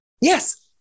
Yes